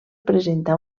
presenta